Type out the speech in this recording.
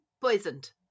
poisoned